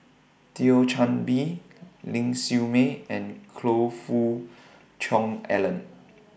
Thio Chan Bee Ling Siew May and Choe Fook Cheong Alan